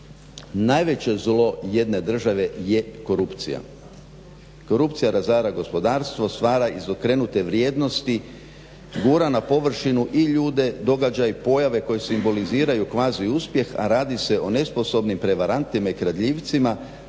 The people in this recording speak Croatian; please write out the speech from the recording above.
Najveće zlo jedne države je korupcija. Korupcija razara gospodarstvo, stvara izokrenute vrijednosti, gura na površinu i ljude, događaje i pojave koje simboliziraju kvazi uspjeh, a radi se o nesposobnim prevarantima i kradljivcima